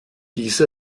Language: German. diese